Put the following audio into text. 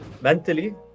mentally